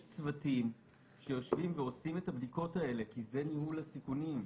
יש צוותים שעושים את הבדיקות האלה כי זה ניהול סיכונים.